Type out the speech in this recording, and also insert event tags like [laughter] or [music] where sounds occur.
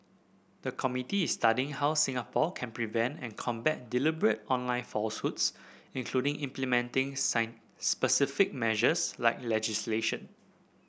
the committee is studying how Singapore can prevent and combat deliberate online falsehoods including implementing [unintelligible] specific measures like legislation